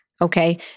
Okay